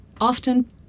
often